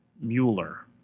Mueller